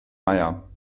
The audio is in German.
mayer